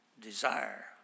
desire